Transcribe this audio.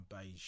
beige